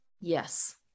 Yes